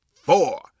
four